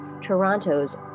Toronto's